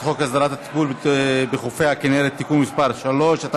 חוק הסדרת הטיפול בחופי הכינרת (תיקון מס' 3),